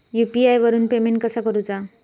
UPI वरून payment कसा करूचा?